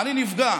העני נפגע.